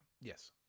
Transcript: Yes